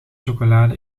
chocolade